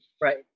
Right